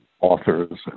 authors